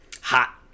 hot